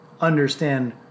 understand